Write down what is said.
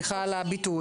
סליחה על הביטוי,